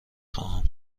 خواهم